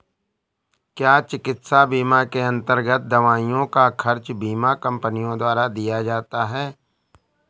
क्या चिकित्सा बीमा के अन्तर्गत दवाइयों का खर्च बीमा कंपनियों द्वारा दिया जाता है?